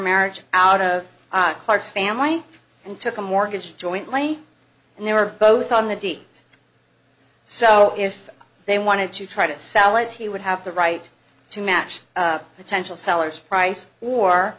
marriage out of clark's family and took a mortgage jointly and they were both on the date so if they wanted to try to sell it he would have the right to match the potential seller's price